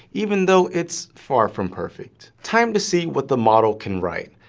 even though it's far from perfect. time to see what the model can write,